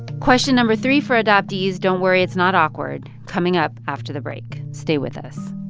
question number three for adoptees don't worry. it's not awkward coming up after the break. stay with us